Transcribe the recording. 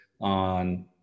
on